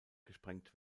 gesprengt